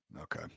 okay